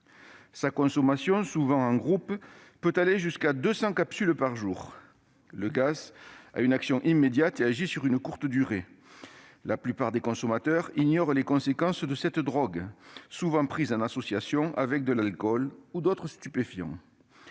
Sa consommation, souvent en groupe, peut aller jusqu'à 200 capsules par jour. Le gaz a une action immédiate et agit sur une courte durée. La plupart des consommateurs ignorent les conséquences de cette drogue, souvent prise en association avec de l'alcool ou d'autres stupéfiants.